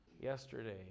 yesterday